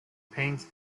paints